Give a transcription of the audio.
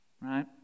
Right